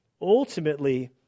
ultimately